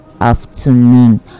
afternoon